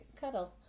cuddle